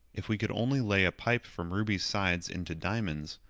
if we could only lay a pipe from ruby's sides into diamond's,